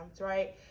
right